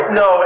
no